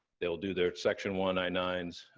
they'll do their section one i nine s,